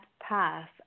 path